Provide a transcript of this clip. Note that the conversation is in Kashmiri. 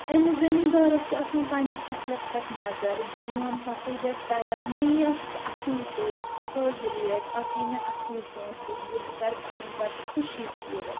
أمس زٔمین دارس چھِ آسان پننِس فصلس پٮ۪ٹھ نظر زِ میوُن فصل گژھہِ تیار مےٚ ییہِ اتھ اصٕل پاٹھۍ تھٔز ریٹ اتھ ییہِ مےٚ اصٕل پونٛسہٕ زِ بہٕ کر پنٕنۍ پتہٕ خوشی پورٕ